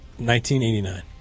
1989